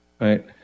right